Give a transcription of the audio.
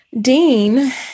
Dean